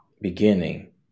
beginning